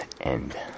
end